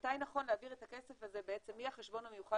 מתי נכון להעביר את הכסף הזה מהחשבון המיוחד